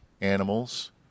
animals